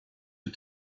you